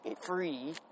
free